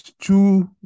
two